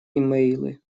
имейлы